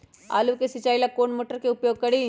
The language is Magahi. आलू के सिंचाई ला कौन मोटर उपयोग करी?